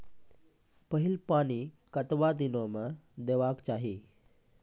पहिल पानि कतबा दिनो म देबाक चाही?